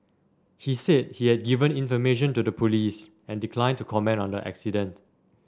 he said he had given information to the police and declined to comment on the accident